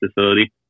facility